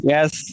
Yes